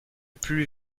plus